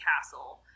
castle